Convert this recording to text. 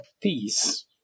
peace